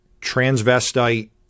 transvestite